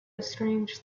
strange